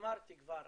אמרתי כבר,